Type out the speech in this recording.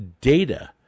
data